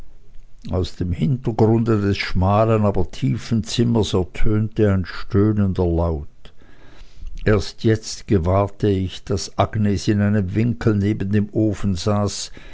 aus dem hintergrunde des schmalen aber tiefen zimmers ertönte ein stöhnender laut erst jetzt gewahrte ich daß agnes in einem winkel neben dem ofen saß